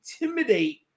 intimidate